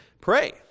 Pray